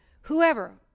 whoever